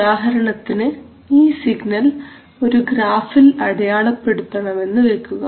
ഉദാഹരണത്തിന് ഈ സിഗ്നൽ ഒരു ഗ്രാഫിൽ അടയാളപ്പെടുത്തണമെന്ന് വെക്കുക